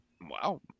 Wow